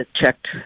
checked